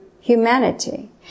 humanity